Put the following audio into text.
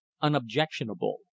unobjectionable